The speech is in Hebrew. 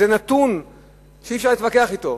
זה נתון שאי-אפשר להתווכח אתו.